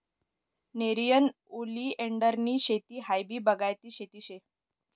नेरियन ओलीएंडरनी शेती हायी बागायती शेती शे